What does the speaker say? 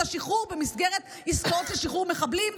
השחרור במסגרת עסקאות לשחרור מחבלים.